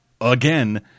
Again